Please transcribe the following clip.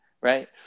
right